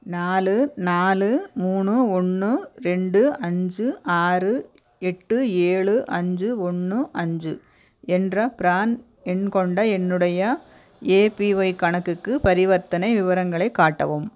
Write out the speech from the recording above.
நாலு நாலு மூணு ஒன்று ரெண்டு அஞ்சு ஆறு எட்டு ஏழு அஞ்சு ஒன்று அஞ்சு என்ற பிரான் எண் கொண்ட என்னுடைய ஏபிஒய் கணக்குக்கு பரிவர்த்தனை விவரங்களைக் காட்டவும்